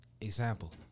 example